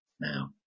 now